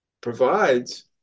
provides